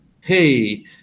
Hey